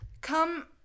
Come